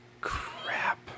crap